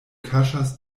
ĉasas